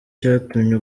cyatumye